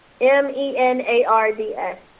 M-E-N-A-R-D-S